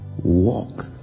Walk